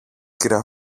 κυρα